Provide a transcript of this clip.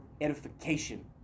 edification